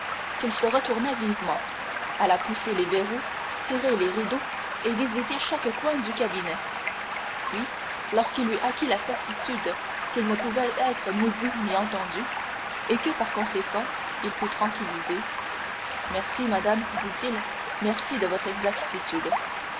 qu'il se retourna vivement alla pousser les verrous tirer les rideaux et visiter chaque coin du cabinet puis lorsqu'il eut acquis la certitude qu'il ne pouvait être ni vu ni entendu et que par conséquent il fut tranquillisé merci madame dit-il merci de votre exactitude